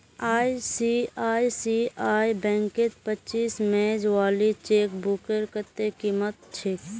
ICICI बैंकत पच्चीस page वाली चेकबुकेर कत्ते कीमत छेक